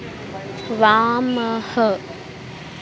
वामः